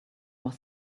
was